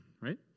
right